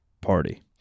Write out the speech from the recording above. party